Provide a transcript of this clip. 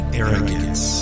arrogance